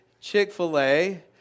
Chick-fil-A